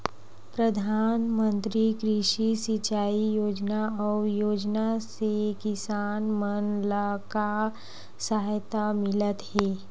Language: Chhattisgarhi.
प्रधान मंतरी कृषि सिंचाई योजना अउ योजना से किसान मन ला का सहायता मिलत हे?